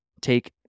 Take